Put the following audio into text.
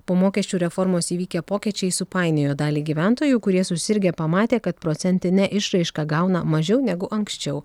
po mokesčių reformos įvykę pokyčiai supainiojo dalį gyventojų kurie susirgę pamatė kad procentine išraiška gauna mažiau negu anksčiau